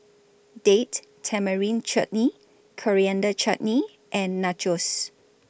Date Tamarind Chutney Coriander Chutney and Nachos